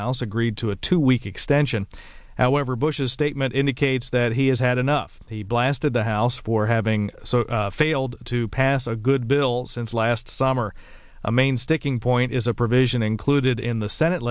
house agreed to a two week extension however bush's statement indicates that he has had enough he blasted the house for having failed to pass a good bill since last summer a main sticking point is a provision included in the senate